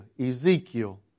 Ezekiel